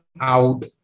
out